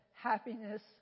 happiness